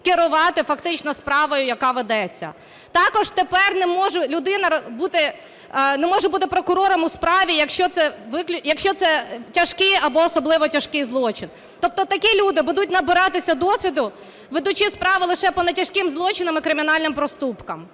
фактично справою, яка ведеться. Також тепер не може людина бути прокурором у справі, якщо це тяжкий або особливо тяжкий злочин. Тобто такі люди будуть набиратися досвіду, ведучи справи лише по нетяжким злочинам і кримінальним проступкам.